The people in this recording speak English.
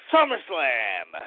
SummerSlam